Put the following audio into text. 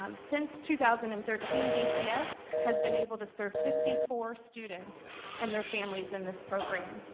um since two thousand and thirteen, vcs has been able to serve fifty four students and their families in this program.